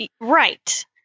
Right